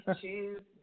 choose